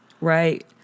Right